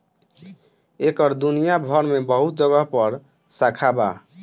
एकर दुनिया भर मे बहुत जगह पर शाखा बा